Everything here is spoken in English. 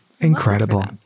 Incredible